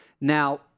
Now